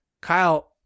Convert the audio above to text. Kyle